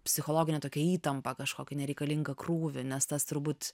psichologinią tokią įtampą kažkokį nereikalingą krūvį nes tas turbūt